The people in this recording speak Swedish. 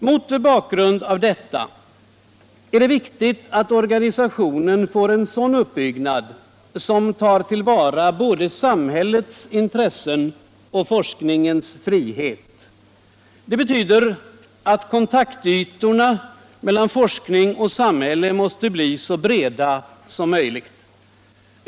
Mot bakgrund av detta är det viktigt att organisationen får en uppbyggnad som tar till vara både samhällets intressen och forskningens frihet. Det betyder att kontaktytorna mellan forskning och samhälle måste bli så breda som möjligt.